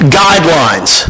guidelines